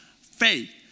faith